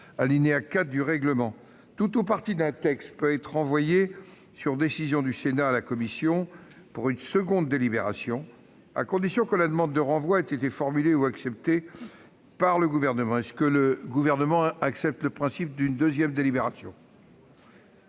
alinéa 4, du règlement, tout ou partie d'un texte peut être renvoyé, sur décision du Sénat, à la commission, pour une seconde délibération, à condition que la demande de renvoi ait été formulée ou acceptée par le Gouvernement. Le Gouvernement accepte-t-il cette demande de seconde délibération ?